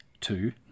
two